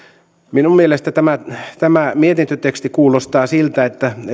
minun mielestäni tämä tämä mietintöteksti kuulostaa siltä että